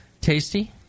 tasty